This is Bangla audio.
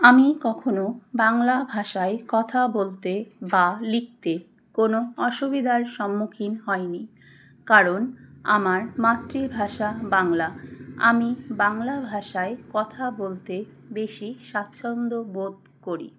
আমি কখনও বাংলা ভাষায় কথা বলতে বা লিখতে কোনো অসুবিধার সম্মুখীন হয়নি কারণ আমার মাতৃভাষা বাংলা আমি বাংলা ভাষায় কথা বলতে বেশি স্বাচ্ছন্দ্য বোধ করি